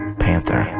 panther